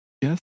Yes